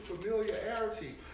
familiarity